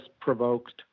provoked